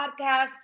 podcast